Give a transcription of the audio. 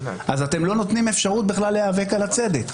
אז אתם לא נותנים אפשרות בכלל להיאבק על הצדק.